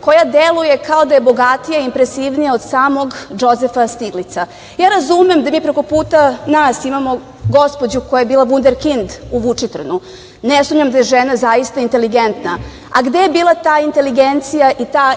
koja deluje, kao da je bogatija, impresivnija od samog Džozefa Stiglica. Ja razumem da mi preko puta nas imamo gospođu koja je bila „Vunder kind“ u Vučitrnu. Ne sumnjam da je žena zaista inteligentna, a gde je bila ta inteligencija i ta